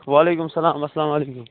وعلیکُم السلام اَلسلامُ علیکُم